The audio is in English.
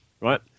right